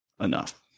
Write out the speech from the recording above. enough